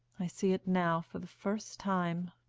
i see it now for the first time.